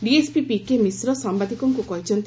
DPS PK Mishra ସାମ୍ଭାଦିକଙ୍କୁ କହିଛନ୍ତି